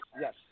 yes